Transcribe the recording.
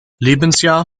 lebensjahr